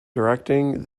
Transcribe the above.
directing